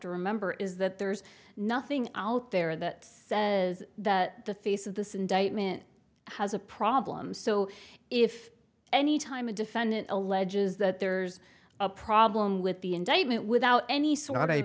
to remember is that there's nothing out there that is that the face of this indictment has a problem so if anytime a defendant alleges that there's a problem with the indictment without any sort of a